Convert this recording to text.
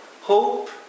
Hope